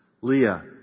Leah